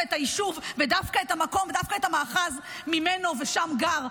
את היישוב ודווקא את המקום ודווקא את המאחז ששם גר,